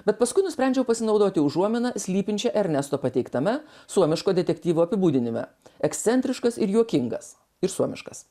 bet paskui nusprendžiau pasinaudoti užuomina slypinčią ernesto pateiktame suomiško detektyvo apibūdinime ekscentriškas ir juokingas ir suomiškas